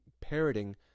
parroting